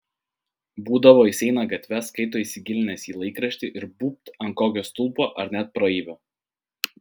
būdavo jis eina gatve skaito įsigilinęs į laikraštį ir būbt ant kokio stulpo ar net praeivio